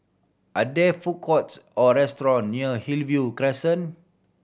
are there food courts or restaurant near Hillview Crescent